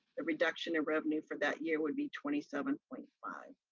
the reduction in revenue for that year would be twenty seven point five.